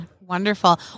Wonderful